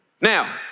Now